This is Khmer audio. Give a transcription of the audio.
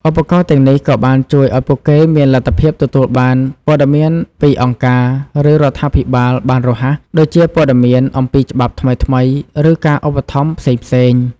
ឧបករណ៍ទាំងនេះក៏បានជួយឱ្យពួកគេមានលទ្ធភាពទទួលបានព័ត៌មានពីអង្គការ ឬរដ្ឋាភិបាលបានរហ័ស ដូចជាព័ត៌មានអំពីច្បាប់ថ្មីៗ ឬការឧបត្ថម្ភផ្សេងៗ។